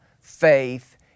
faith